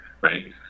right